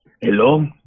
Hello